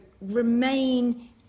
remain